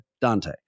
Dante